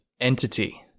entity